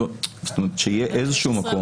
שיהיה איזשהו מקום,